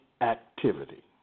activity